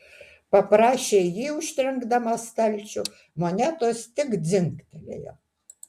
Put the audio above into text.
paprašė ji užtrenkdama stalčių monetos tik dzingtelėjo